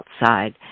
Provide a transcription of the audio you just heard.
outside